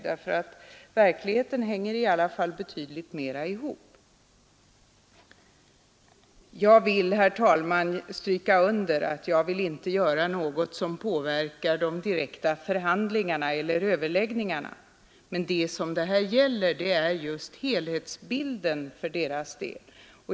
I verkligheten hänger de ihop. Jag vill, herr talman, stryka under att jag inte ämnar göra någonting som påverkar de direkta överläggningarna. Men här gäller det helhetsbilden för pensionärernas del.